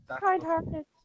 Kind-hearted